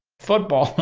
football,